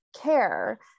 care